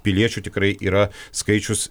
piliečių tikrai yra skaičius